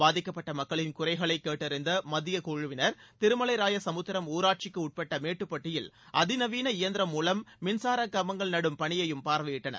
பாதிக்கப்பட்ட மக்களின் குறைகளைக் கேட்டறிந்த மத்தியக் குழுவினர் திருமலைராயசமுத்திரம் ஊராட்சிக்கு உட்பட்ட மேட்டுப்பட்டியில் அதிநவீன எந்திரம் மூலம் மின்சாரக் கம்பங்கள் நடும் பணியையும் பார்வையிட்டளர்